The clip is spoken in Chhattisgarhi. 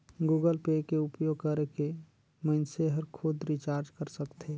गुगल पे के उपयोग करके मइनसे हर खुद रिचार्ज कर सकथे